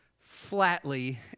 flatly